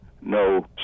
no